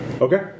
Okay